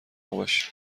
باشی